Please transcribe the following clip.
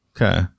Okay